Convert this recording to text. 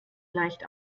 leicht